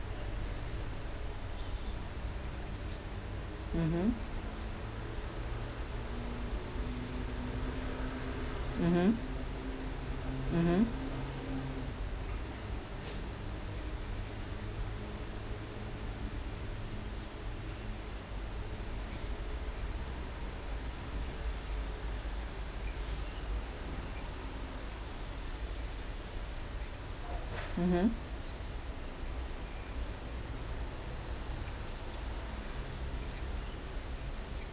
mmhmm mmhmm mmhmm mmhmm